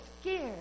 scared